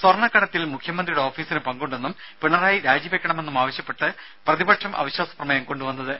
സ്വർണക്കടത്തിൽ മുഖ്യമന്ത്രിയുടെ ഓഫീസിന് പങ്കുണ്ടെന്നും പിണറായി രാജി വെയ്ക്കണമെന്നും ആവശ്യപ്പെട്ടാണ് പ്രതിപക്ഷം അവിശ്വാസപ്രമേയം കൊണ്ടുവന്നത്